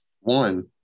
one